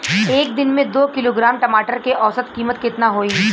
एक दिन में दो किलोग्राम टमाटर के औसत कीमत केतना होइ?